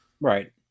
Right